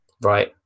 right